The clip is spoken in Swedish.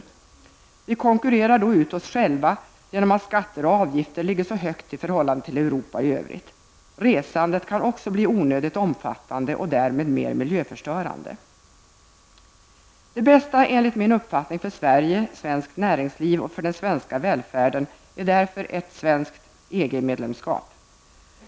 Vi i Sverige konkurrerar då ut oss själva genom att skatter och avgifter ligger så högt i förhållande till vad som är fallet i Europa i övrigt. Resandet kan också bli onödigt omfattande och därmed mer miljöförstörande. Det bästa enligt min uppfattning för Sverige, svenskt näringsliv och för den svenska välfärden är därför ett svenskt EG-medlemskap.